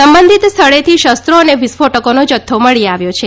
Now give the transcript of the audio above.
સંબંધીત સ્થળેથી શસ્ત્રો અને વિસ્ફોટકોનો જથ્થો મળી આવ્યો છે